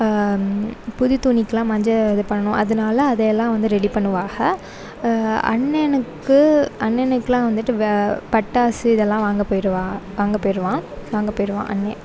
புது துணிக்கெலாம் மஞ்சள் இது பண்ணணும் அதனால அதையெல்லாம் வந்து ரெடி பண்ணுவாக அண்ணனுக்கு அண்ணனுக்கெலாம் வந்துவிட்டு வ பட்டாசு இதெல்லாம் வாங்க போயிடுவா வாங்க போயிடுவான் வாங்க போயிடுவான் அண்ணே